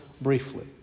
briefly